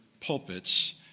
pulpits